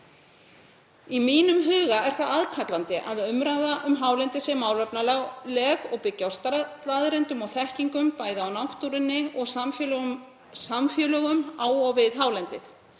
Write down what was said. Í mínum huga er það aðkallandi að umræða um hálendið sé málefnaleg og byggi á staðreyndum og þekkingu, bæði á náttúrunni og samfélögum á og við hálendið.